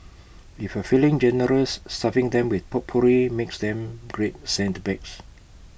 if you're feeling generous stuffing them with potpourri makes them great scent bags